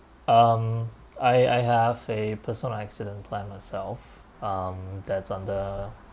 um I I have a personal accident plan myself um that's on the